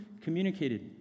communicated